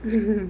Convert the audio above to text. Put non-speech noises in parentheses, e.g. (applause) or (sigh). (laughs)